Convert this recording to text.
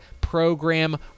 program